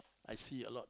I see a lot